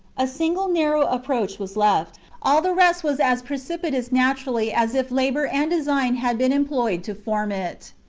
a single narrow approach was left all the rest was as precipitous naturally as if labour and design had been employed to form it.